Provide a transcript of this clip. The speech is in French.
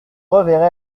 reverrai